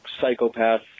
psychopath